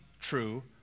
true